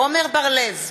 עמר בר-לב,